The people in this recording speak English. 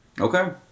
Okay